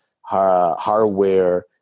hardware